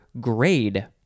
grade